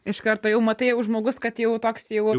iš karto jau matai jau žmogus kad jau toks jau